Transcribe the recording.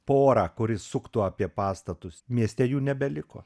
porą kuri suktų apie pastatus mieste jų nebeliko